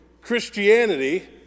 Christianity